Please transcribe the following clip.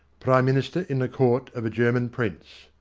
prime minister in the court of a german prince.